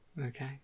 Okay